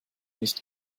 nicht